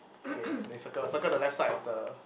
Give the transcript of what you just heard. okay then circle circle the left side of the